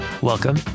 Welcome